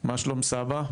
מה שלום סבא?